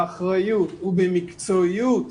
באחריות ובמקצועיות,